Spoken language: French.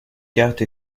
carte